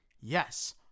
Yes